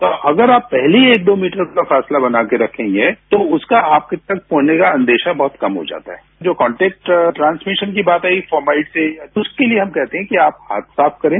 तो अगर आप पहले ही एक या दो मीटर का फासला बना के रखेंगे तो उसका आपके साथ कॉन्टेक्ट होने का अंदेशा बहुत कम हो जाता है जो कॉन्टेक्ट ट्रांसमिशन की बात आई तो उसके लिए हम कहते हैं कि आप हाथ साफ करें